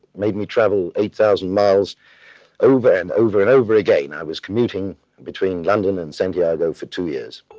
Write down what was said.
made me travel eight thousand miles over and over and over again. i was commuting between london and santiago for two years.